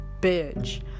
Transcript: bitch